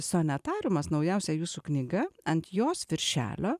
sonetarimas naujausia jūsų knyga ant jos viršelio